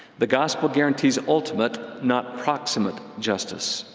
the gospel guarantees ultimate, not proximate, justice.